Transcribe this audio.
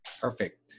Perfect